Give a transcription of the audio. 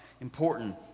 important